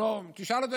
תשאל אותו,